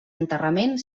enterrament